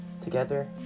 together